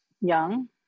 young